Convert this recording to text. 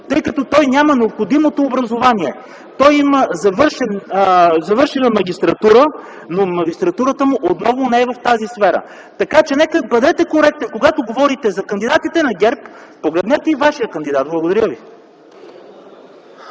защото няма необходимото образование. Той има завършена магистратура, но магистратурата му отново не е в тази сфера. Така че, бъдете коректен – когато говорите за кандидатите на ГЕРБ, погледнете и вашия кандидат. ПРЕДСЕДАТЕЛ